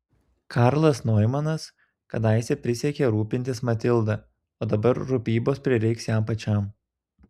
karlas noimanas kadaise prisiekė rūpintis matilda o dabar rūpybos prireiks jam pačiam